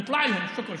מגיעה להם תודה, הם